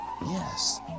Yes